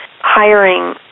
hiring